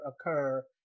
occur